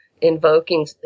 invoking